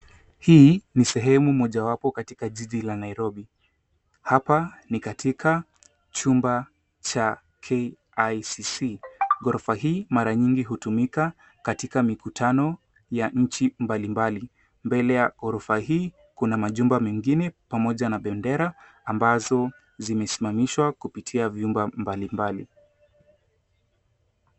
Hii ni sehemu mojawapo katika jiji la Nairobi. Hapa ni katika chumba cha KICC. Ghorofa hii mara nyingi hutumika katika mikutano ya nchi mbalimbali. Mbele ya ghorofa hii kuna majumba mengine pamoja na bendera ambazo zimesimamisha kupitia vyumba mbalimbali.